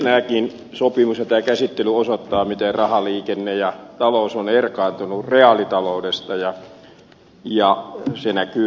tämäkin sopimus ja tämä käsittely osoittavat miten rahaliikenne ja talous ovat erkaantuneet reaalitaloudesta ja se näkyy